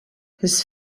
his